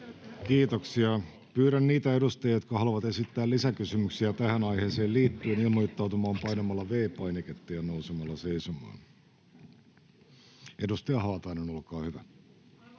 Kiitoksia. — Pyydän niitä edustajia, jotka haluavat esittää lisäkysymyksiä tähän aiheeseen liittyen, ilmoittautumaan painamalla V-painiketta ja nousemalla seisomaan. — Edustaja Haatainen, olkaa hyvä.